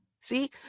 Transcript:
See